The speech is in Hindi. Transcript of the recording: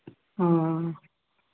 हाँ